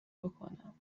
بکنم